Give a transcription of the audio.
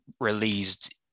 released